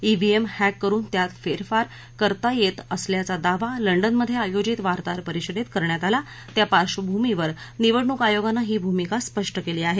EVM इंक करुन त्यात फेरफार करता येत असल्याचा दावा लंडनमध्ये आयोजित वार्ताहर परिषदेत करण्यात आला त्या पार्श्वभूमीवर निवडणूक आयोगानं ही भूमिका स्पष्ट केली आहे